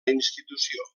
institució